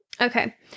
Okay